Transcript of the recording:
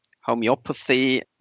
homeopathy